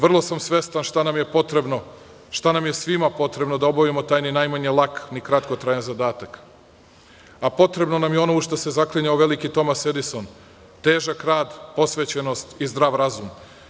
Vrlo sam svestan šta nam je potrebno, šta nam je svima potrebno da obavimo taj ni najmanje lak, ni kratkotrajan zadatak, a potrebno nam je ono u šta se zaklinjao veliki Tomas Edison – težak rad, posvećenost i zdrav razum.